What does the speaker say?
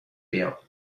bill